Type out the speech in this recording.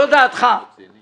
שאלה טובה.